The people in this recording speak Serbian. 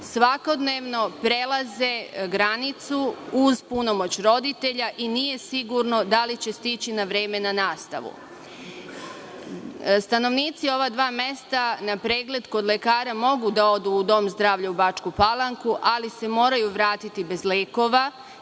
svakodnevno prelaze granicu uz punomoć roditelja i nije sigurno da li će stići na vreme na nastavu. Stanovnici ova dva mesta na pregled kod lekara mogu da odu u dom zdravlja u Bačku Palanku ali se moraju vratiti bez lekova,